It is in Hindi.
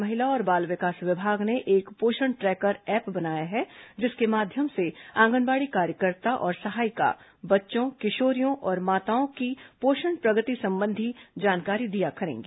राज्य के महिला और बाल विकास विभाग ने एक पोषण ट्रैकर ऐप बनाया है जिसके माध्यम से आंगनबाड़ी कार्यकर्ता और सहायिका बच्चों किशोरियों और माताओं की पोषण प्रगति संबंधी जानकारी दिया करेंगी